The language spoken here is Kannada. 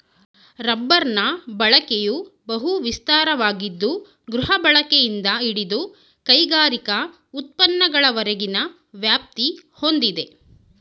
ರಬ್ಬರ್ನ ಬಳಕೆಯು ಬಹು ವಿಸ್ತಾರವಾಗಿದ್ದು ಗೃಹಬಳಕೆಯಿಂದ ಹಿಡಿದು ಕೈಗಾರಿಕಾ ಉತ್ಪನ್ನಗಳವರೆಗಿನ ವ್ಯಾಪ್ತಿ ಹೊಂದಿದೆ